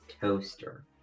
toaster